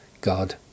God